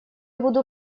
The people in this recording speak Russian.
буду